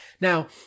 now